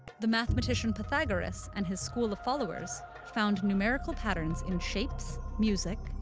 the mathematician pythagoras and his school of followers found numerical patterns in shapes, music,